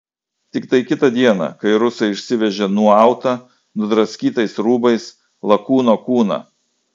tiktai kitą dieną kai rusai išsivežė nuautą nudraskytais rūbais lakūno kūną